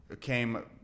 came